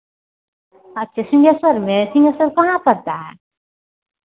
अच्छा सिंहेश्वर में सिंहेश्वर कहाँ पड़ता है